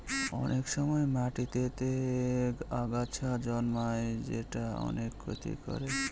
অনেক সময় মাটিতেতে আগাছা জন্মায় যেটা অনেক ক্ষতি করে